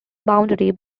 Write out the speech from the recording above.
boundary